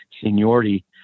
seniority